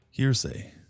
hearsay